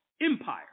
empire